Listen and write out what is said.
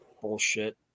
bullshit